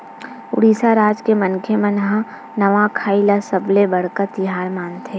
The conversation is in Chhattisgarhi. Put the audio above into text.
उड़ीसा राज के मनखे मन ह नवाखाई ल सबले बड़का तिहार मानथे